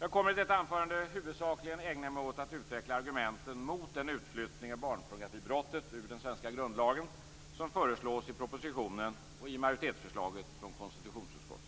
Jag kommer att i detta anförande huvudsakligen ägna mig åt att utveckla argumenten mot den utflyttning av barnpornografibrottet ur den svenska grundlagen som föreslås i propositionen och av majoriteten i konstitutionsutskottet.